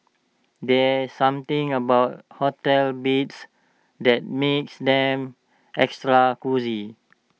there's something about hotel beds that makes them extra cosy